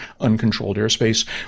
uncontrolledairspace